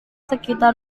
sekitar